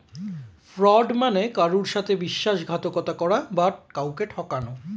fraud মানে কারুর সাথে বিশ্বাসঘাতকতা করা বা কাউকে ঠকানো